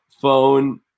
phone